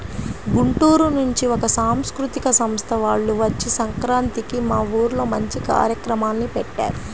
గుంటూరు నుంచి ఒక సాంస్కృతిక సంస్థ వాల్లు వచ్చి సంక్రాంతికి మా ఊర్లో మంచి కార్యక్రమాల్ని పెట్టారు